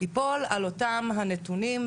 ייפול על אותם נתונים,